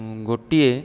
ଗୋଟିଏ